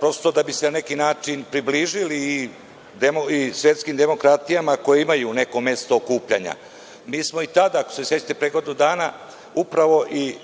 Pašića, da bi se na neki način približili svetskim demokratijama koje imaju neko mesto okupljanja. Mi smo i tada, ako se sećate, pre godinu dana,